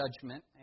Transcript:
judgment